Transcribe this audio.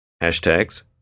Hashtags